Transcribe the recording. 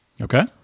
Okay